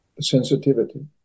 sensitivity